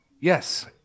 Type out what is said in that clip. Yes